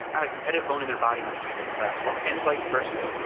not a competitive bone in their body when it came to the classroom and vice versa.